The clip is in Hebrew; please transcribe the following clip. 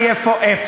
הכנסת, אל תטעו.